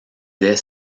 dès